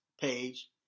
page